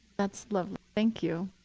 that's lovely. thank you.